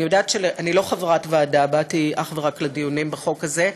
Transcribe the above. אני לא חברת ועדה, באתי אך ורק לדיונים בחוק הזה.